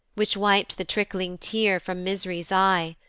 which wip'd the trick'ling tear from misry's eye.